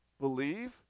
believe